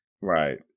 Right